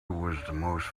most